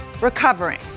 recovering